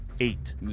eight